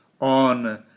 on